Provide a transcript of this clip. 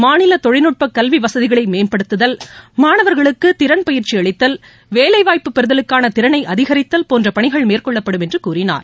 மாநில தொழில்நுட்பக் கல்வி வசதிகளை மேம்படுத்துதல் மாணவாகளுக்கு திறன் பயிற்சி அளித்தல் வேலைவாய்ப்பு பெறுதலுக்கான திறனை அதிகரித்தல் போன்ற பணிகள் மேற்கொள்ளப்படும் என்று கூறினார்